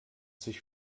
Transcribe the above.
sich